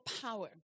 power